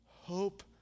Hope